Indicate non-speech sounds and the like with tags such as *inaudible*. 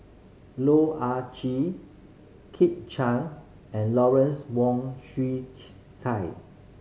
Loh Ah Chee Kit Chan and Lawrence Wong Shyun *unintelligible* Tsai